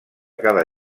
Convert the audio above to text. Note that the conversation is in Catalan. cada